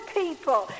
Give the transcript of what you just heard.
people